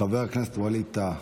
חבר הכנסת ווליד טאהא.